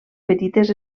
petites